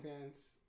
pants